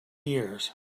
years